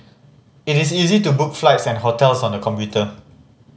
it is easy to book flights and hotels on the computer